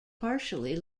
partially